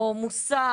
או מוסר,